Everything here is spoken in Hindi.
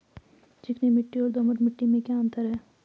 चिकनी मिट्टी और दोमट मिट्टी में क्या क्या अंतर है?